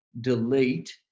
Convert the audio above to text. delete